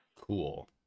Cool